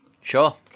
sure